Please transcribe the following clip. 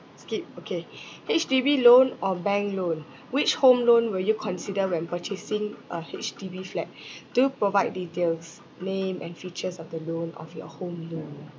skip okay H_D_B loan or bank loan which home loan will you consider when purchasing a H_D_B flat do provide details name and features of the loan of your home loan